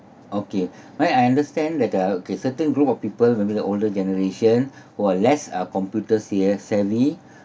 okay why I understand that uh okay certain group of people maybe the older generation who are less uh computers sa~ savvy